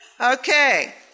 Okay